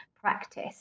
practice